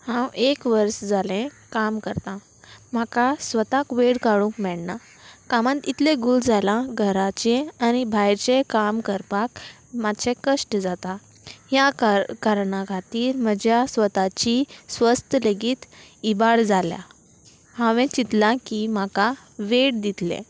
हांव एक वर्स जालें काम करतां म्हाका स्वताक वेळ काडूंक मेळना कामान इतलें गूल जालां घराचें आनी भायरचें काम करपाक मातशें कश्ट जाता ह्या कार कारणा खातीर म्हज्या स्वताची स्वस्थ लेगीत इबाड जाल्या हांवें चिंतलां की म्हाका वेड दितलें